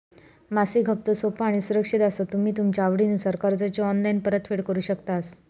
मासिक हप्तो सोपो आणि सुरक्षित असा तुम्ही तुमच्या आवडीनुसार कर्जाची ऑनलाईन परतफेड करु शकतास